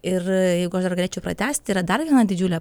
ir jeigu aš dar galėčiau pratęsti yra dar viena didžiulė